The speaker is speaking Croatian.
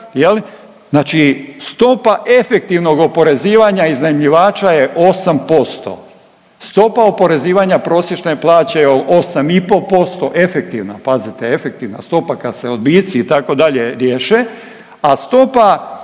znači stopa efektivnog oporezivanja iznajmljivača je 8%. Stopa oporezivanja prosječne plaće je 8,5% efektivna, pazite efektivna stopa kad se odbici itd. riješe, a stopa